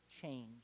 change